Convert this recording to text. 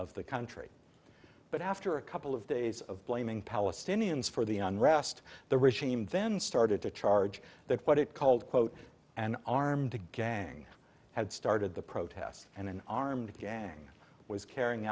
of the country but after a couple of days of blaming palestinians for the unrest the regime then started to charge that what it called quote an armed to gang had started the protest and an armed gang was carrying